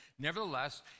nevertheless